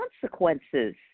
consequences